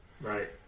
Right